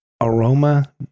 Aroma